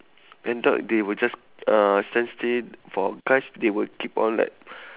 and you thought they will just uh stand still for because they would keep on like